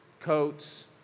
coats